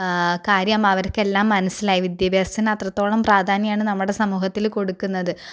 കാര്യം അവർക്ക് എല്ലാം മനസ്സിലായി വിദ്യാഭ്യാസത്തിന് അത്രത്തോളം പ്രാധാന്യമാണ് നമ്മുടെ സമൂഹത്തിൽ കൊടുക്കുന്നത്